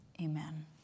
Amen